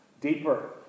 deeper